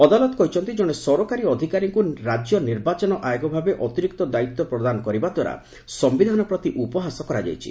ଅଦାଲତ କହିଛନ୍ତି ଜଣେ ସରକାରୀ ଅଧିକାରୀଙ୍କୁ ରାଜ୍ୟ ନିର୍ବାଚନ ଆୟୋଗ ଭାବେ ଅତିରିକ୍ତ ଦାୟିତ୍ୱ ପ୍ରଦାନ କରିବା ଦ୍ୱାରା ସିୟିଧାନ ପ୍ରତି ଉପହାସ କରାଯାଇଛି